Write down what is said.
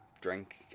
Drink